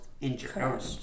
injured